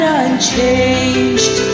unchanged